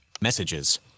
messages